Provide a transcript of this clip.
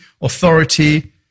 authority